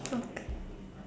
okay